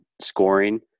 scoring